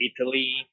Italy